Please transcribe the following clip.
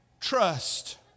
Trust